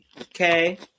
okay